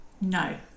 No